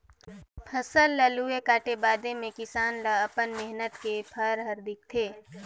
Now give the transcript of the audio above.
फसल ल लूए काटे बादे मे किसान ल अपन मेहनत के फर हर दिखथे